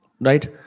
right